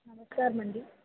నమస్కారమండి